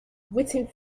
waiting